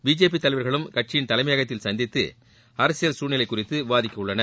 BJP தலைவர்களும் கட்சியின் தலைமையகத்தில் சந்தித்து அரசியல் சூழ்நிலை குறித்து விவாதிக்கவுள்ளனர்